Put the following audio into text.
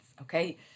Okay